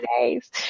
days